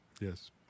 Yes